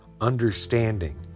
understanding